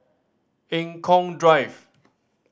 Eng Kong Drive